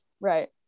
Right